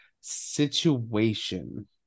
situation